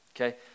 Okay